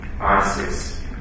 ISIS